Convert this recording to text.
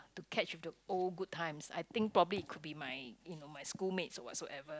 to catch the old good times I think probably it could be my you know my schoolmates whatsoever